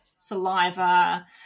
saliva